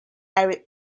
eric